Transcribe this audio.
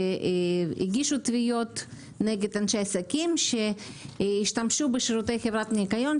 הגישו תביעות נגד אנשי עסקים שהשתמשו בשירותי חברת ניקיון,